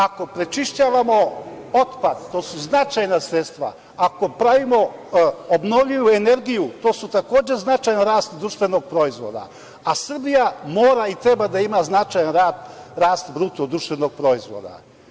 Ako prečišćavamo otpad, to su značajna sredstva, ako pravimo obnovljivu energiju, to je takođe značajan rast društvenog proizvoda, a Srbija mora i treba da ima značajan rast BDP.